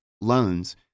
loans